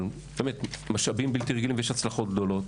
אבל אלה באמת משאבים בלתי רגילים ויש הצלחות גדולות.